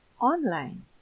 online